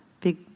big